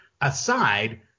aside